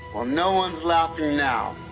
well no one's laughing now